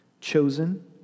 chosen